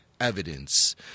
evidence